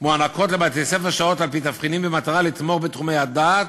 מוענקות לבתי-הספר שעות על-פי תבחינים במטרה לתמוך בתחומי הדעת